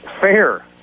fair